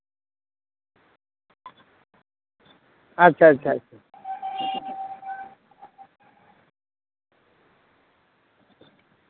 ᱟᱪᱪᱷᱟ ᱟᱪᱪᱷᱟ ᱟᱪᱪᱷᱟ